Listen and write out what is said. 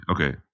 okay